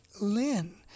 Lynn